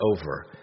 over